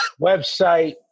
Website